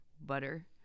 butter